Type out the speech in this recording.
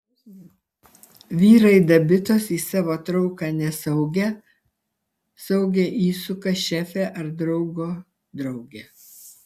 vyrai dabitos į savo trauką nesaugią saugią įsuka šefę ar draugo draugę